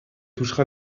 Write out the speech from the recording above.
touchera